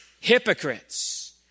hypocrites